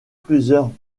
plusieurs